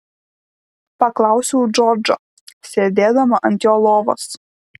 paklausiau džordžo sėdėdama ant jo lovos